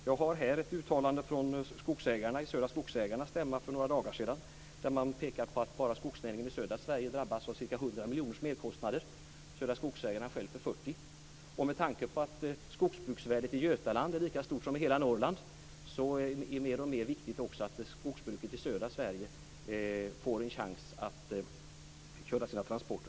Jag har här ett uttalande från skogsägarna på Södra Skogsägarnas stämma för några dagar sedan, där man pekar på att bara skogsnäringen i södra Sverige drabbas av ca 100 miljoner i merkostnader, och Södra Skogsägarna av 40 miljoner. Med tanke på att skogsbruksvärdet i Götaland är lika stort som i hela Norrland är det mer och mer viktigt att skogsbruket i södra Sverige får en chans att köra sina transporter.